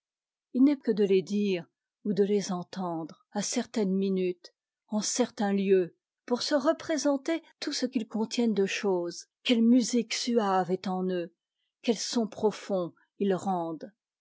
il n'est que de les dire ou de les entendre à certaines minutes en certains lieux pour se représenter tout ce qu'ils contiennent de choses quelle musique suave est en eux quels sons profonds ils rendent